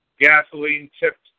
gasoline-tipped